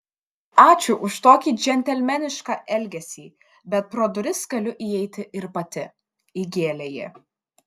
ačiū už tokį džentelmenišką elgesį bet pro duris galiu įeiti ir pati įgėlė ji